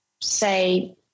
say